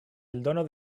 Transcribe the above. eldono